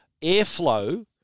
airflow